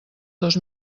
dos